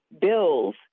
bills